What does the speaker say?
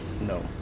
no